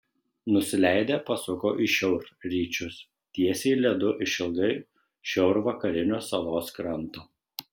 nusileidę pasuko į šiaurryčius tiesiai ledu išilgai šiaurvakarinio salos kranto